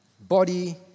body